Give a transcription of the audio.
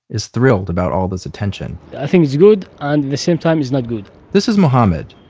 is thrilled about all this attention i think it's good and the same time it's not good this is muhammed,